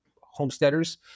homesteaders